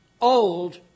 old